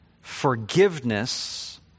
forgiveness